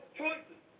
choices